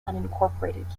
unincorporated